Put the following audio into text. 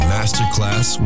Masterclass